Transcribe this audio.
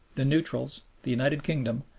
the neutrals, the united kingdom,